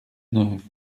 neuve